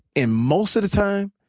and most of the time,